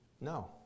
No